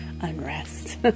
unrest